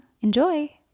Enjoy